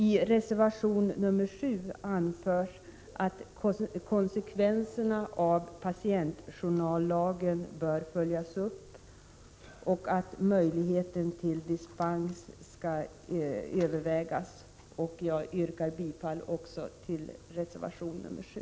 I reservation nr 7 anförs att konsekvenserna av patientjournallagen bör följas upp och att möjlighet till dispens skall övervägas. Jag yrkar bifall också till reservation nr 7.